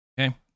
Okay